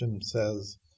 says